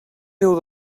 déu